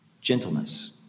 Gentleness